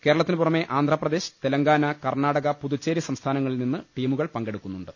കേരളത്തിനു പുറമെ ആഡ്ഡ്രപ്രദേശ് തെലങ്കാന കർണ്ണാടക പുതു ച്ചേരി സംസ്ഥാ ന ങ്ങ ളിൽ നിന്ന് ടീമു കൾ പങ്കെടുക്കുന്നുണ്ട്